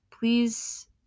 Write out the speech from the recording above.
Please